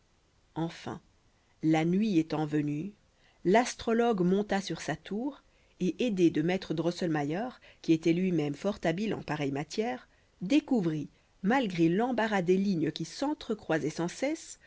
enfin la nuit étant venue l'astrologue monta sur sa tour et aidé de maître drosselmayer qui était lui-même fort habile en pareille matière découvrit malgré l'embarras des lignes qui s'entre-croisaient sans cesse